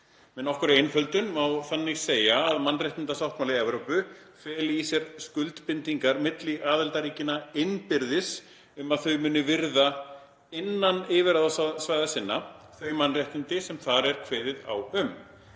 Með nokkurri einföldun má þannig segja að mannréttindasáttmáli Evrópu feli í sér skuldbindingar milli aðildarríkjanna innbyrðis um að þau muni virða, innan yfirráðasvæða sinna, þau mannréttindi sem þar er kveðið á um.